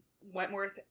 wentworth